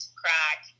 crack